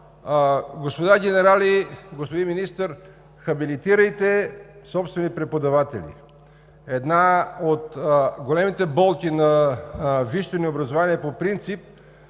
господа генерали, господин Министър, хабилитирайте собствени преподаватели. Една от големите болки на висшето ни образование по принцип